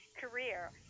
career